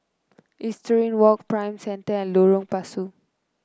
Equestrian Walk Prime Center and Lorong Pasu